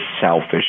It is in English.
selfish